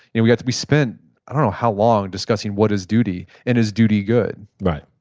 and we we spent i don't know how long discussing what is duty and is duty good right.